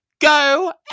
Go